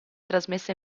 trasmessa